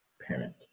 parent